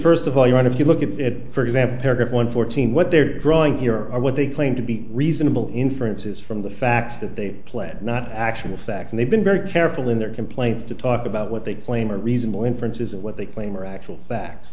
first of all you want if you look at for example one fourteen what they're drawing here are what they claim to be reasonable inferences from the facts that they've pled not actual facts and they've been very careful in their complaints to talk about what they claim are reasonable inferences of what they claim are actual facts